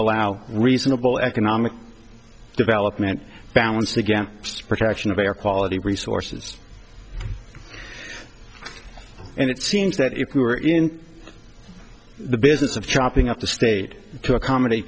allow reasonable economic development balanced against protection of better quality resources and it seems that if we were in the business of chopping up the state to accommodate